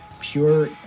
pure